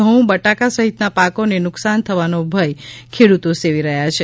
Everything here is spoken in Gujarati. ઘઉં બટાકા સહિતના પાકીને નુકસાન થવાનો ભય ખેડૂતો સેવી રહ્યા છે